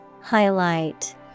Highlight